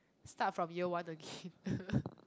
start from year one again